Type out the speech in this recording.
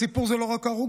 הסיפור זה לא רק ההרוגים,